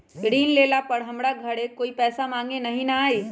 ऋण लेला पर हमरा घरे कोई पैसा मांगे नहीं न आई?